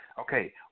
Okay